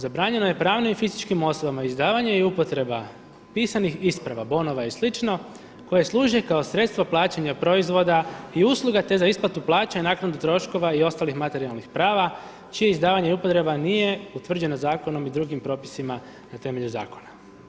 Zabranjeno je pravnim i fizičkim osobama izdavanje i upotreba pisanih isprava, bonova i slično koje služe kao sredstva plaćanja proizvoda i usluga, te za isplatu plaća i naknadu troškova i ostalih materijalnih prava čije izdavanje i upotreba nije utvrđena zakonom i drugim propisima na temelju zakona“